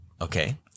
okay